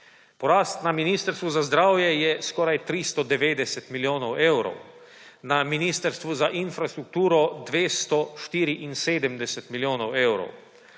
Porast na Ministrstvu za zdravje je skoraj 390 milijonov evrov, na Ministrstvu za infrastrukturo 274 milijonov evrov,